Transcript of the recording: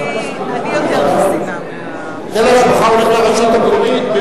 היטל ההשבחה הולך לרשות המקומית.